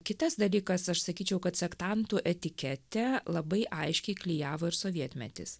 kitas dalykas aš sakyčiau kad sektantų etiketę labai aiškiai klijavo ir sovietmetis